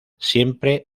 siempre